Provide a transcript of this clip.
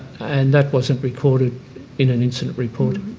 and that wasn't recorded in an incident report.